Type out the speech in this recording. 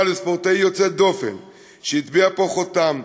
לספורטאי יוצא דופן שהטביע פה חותם,